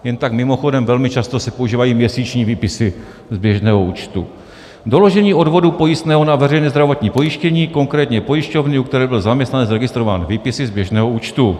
Jen tak mimochodem, velmi často se používají měsíční výpisy z běžného účtu. Doložení odvodu pojistného na veřejné zdravotní pojištění, konkrétně pojišťovny, u které byl zaměstnanec registrován, výpisy z běžného účtu.